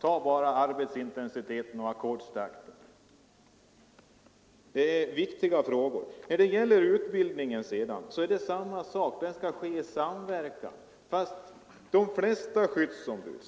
Tänk bara på arbetsintensiteten och ackordstempot! Med utbildningen är det samma sak. Den skall ske i samverkan. Men frågar man skyddsombuden,